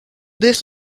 this